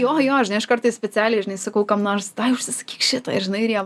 jo jo žinai aš kartais specialiai žinai sakau kam nors davai užsisakyk šitą ir žinai ir jie